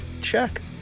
check